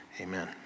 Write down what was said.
Amen